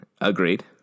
Agreed